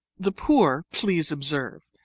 the poor, please observe,